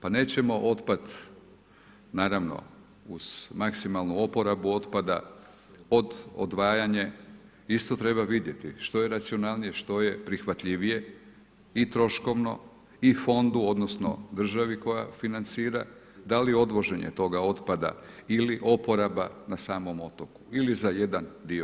Pa nećemo otpad, naravno, uz maksimalnu oporabu otpada, od odvajanje, isto treba vidjeti, što je racionalnije, što je prihvatljivije i troškovno i fondu, odnosno, državi koja financira, da li odvoženje toga otpada ili oporaba na samom otoku ili za jedan dio.